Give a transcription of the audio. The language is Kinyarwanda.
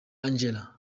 angela